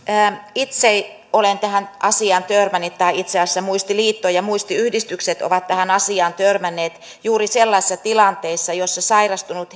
itse olen tähän asiaan törmännyt tai itse asiassa muistiliitto ja muistiyhdistykset ovat tähän asiaan törmänneet juuri sellaisessa tilanteessa jossa sairastunut